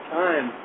time